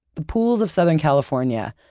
the pools of southern california,